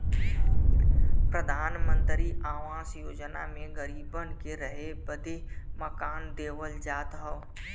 प्रधानमंत्री आवास योजना मे गरीबन के रहे बदे मकान देवल जात हौ